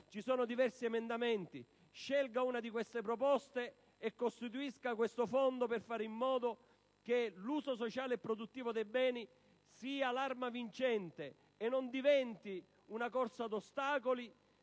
attraverso emendamenti. Scelga una di queste proposte e costituisca questo fondo per fare in modo che l'uso sociale e produttivo dei beni sia l'arma vincente e non diventi una corsa ad ostacoli,